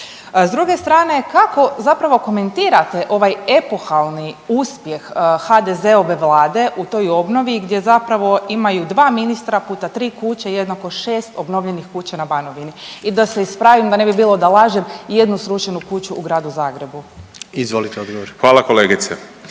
s druge strane kako zapravo komentirate ovaj epohalni uspjeh HDZ-ove Vlade u toj obnovi gdje zapravo imaju 2 ministra puta 3 kuća jednako 6 obnovljenih kuća na Banovini. I da se ispravim da ne bi bilo da lažem i jednu srušenu kuću u Gradu Zagrebu. **Jandroković, Gordan